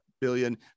billion